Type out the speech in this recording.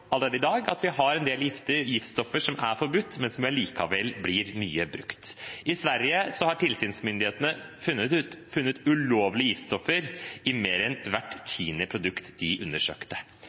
allerede i dag har en del giftstoffer som er forbudt, men som likevel blir mye brukt. I Sverige har tilsynsmyndighetene funnet ulovlige giftstoffer i mer enn hvert tiende produkt de